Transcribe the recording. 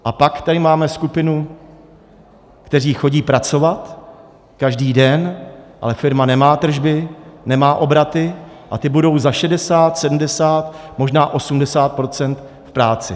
A pak tady máme skupinu, kteří chodí pracovat každý den, ale firma nemá tržby, nemá obraty, a ti budou za 60, 70, možná 80 % v práci.